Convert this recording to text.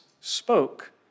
spoke